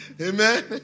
Amen